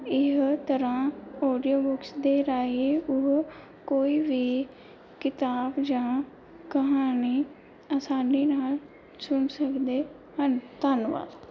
ਇਹੋ ਤਰ੍ਹਾਂ audio books ਦੇ ਰਾਹੀਂ ਉਹ ਕੋਈ ਵੀ ਕਿਤਾਬ ਜਾਂ ਕਹਾਣੀ ਆਸਾਨੀ ਨਾਲ ਸੁਣ ਸਕਦੇ ਹਨ ਧੰਨਵਾਦ